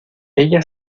ella